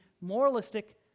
moralistic